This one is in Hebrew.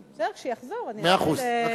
בסדר, כשיחזור אני אתחיל, מאה אחוז.